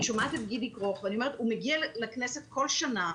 אני שומעת את גידי כרוך ואני אומרת: הוא מגיע לכנסת בכל שנה,